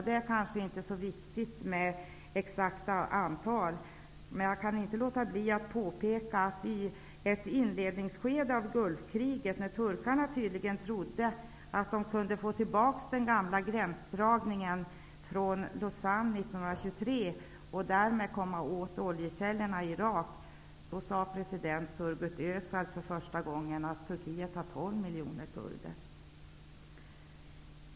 Det är kanske inte så viktigt med exakta siffror, men jag kan inte låta bli att påpeka att president Turgut Öcal i ett inledningsskede av Gulfkriget -- när turkarna tydligen trodde att de kunde få tillbaka den gamla gränsdragningen från Lausanne 1923 och därmed komma åt oljekällorna i Irak -- för första gången sade att Turkiet har tolv miljoner kurder.